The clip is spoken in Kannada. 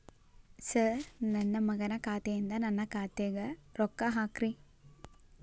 ಸರ್ ನನ್ನ ಮಗನ ಖಾತೆ ಯಿಂದ ನನ್ನ ಖಾತೆಗ ರೊಕ್ಕಾ ಹಾಕ್ರಿ